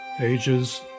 ages